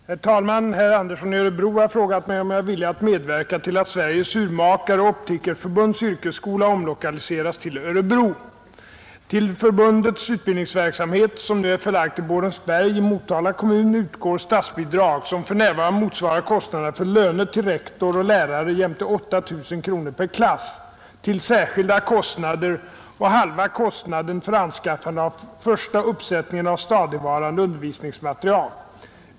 Herr talman! Herr Andersson i Örebro har frågat mig om jag är villig att medverka till att Sveriges Urmakareoch optikerförbunds yrkesskola omlokaliseras till Örebro. Till förbundets utbildningsverksamhet — som nu är förlagd till Borensberg i Motala kommun =— utgår statsbidrag som för närvarande motsvarar kostnaderna för löner till rektor och lärare jämte 8 000 kronor per klass till särskilda kostnader och halva kostnaden för anskaffande av första uppsättningen stadigvarande undervisningsmaterial.